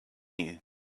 you